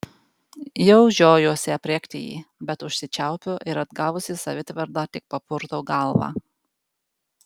jau žiojuosi aprėkti jį bet užsičiaupiu ir atgavusi savitvardą tik papurtau galvą